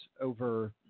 over